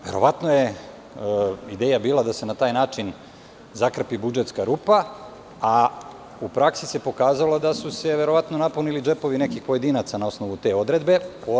Verovatno je ideja bila da se na taj način zakrpi budžetska rupa, a u praksi se pokazalo da su se verovatno napunili džepovi nekih pojedinaca na osnovu te odredbe.